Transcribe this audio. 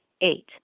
Eight